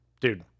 dude